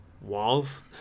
walls